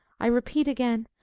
i repeat again,